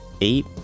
eight